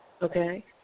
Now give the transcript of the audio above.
Okay